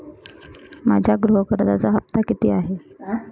माझ्या गृह कर्जाचा हफ्ता किती आहे?